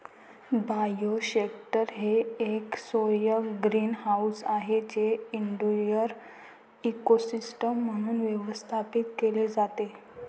bioshelter हे एक सौर ग्रीनहाऊस आहे जे इनडोअर इकोसिस्टम म्हणून व्यवस्थापित केले जाते